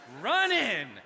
running